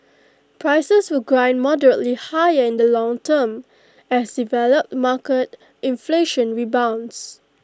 prices will grind moderately higher in the long term as developed market inflation rebounds